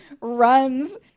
runs